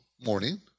morning